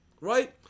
right